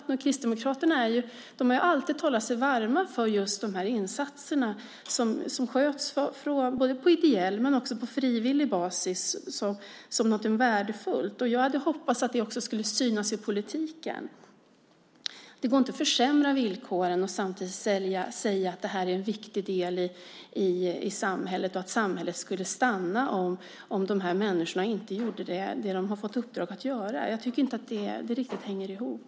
Kristdemokraterna har alltid talat sig varma för de insatser som sköts på ideell och frivillig basis som något värdefullt. Jag hade hoppats att det skulle synas i politiken. Man kan inte försämra villkoren och samtidigt säga att det är en viktig del i samhället och att samhället skulle stanna om inte de här människorna gjorde det som de har fått i uppdrag att göra. Jag tycker inte att det hänger ihop.